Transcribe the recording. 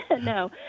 No